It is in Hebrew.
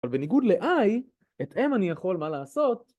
אבל בניגוד ל-I, את M אני יכול מה לעשות